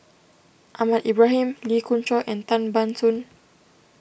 Ahmad Ibrahim Lee Khoon Choy and Tan Ban Soon